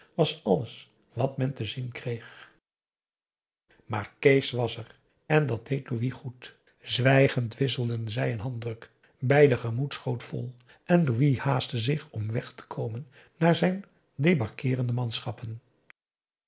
was alles wat men te zien kreeg maar kees was er en dat deed louis goed zwijgend wisselden zij een handdruk beider gemoed schoot vol en louis haastte zich om weg te komen naar zijn debarkeerende manschappen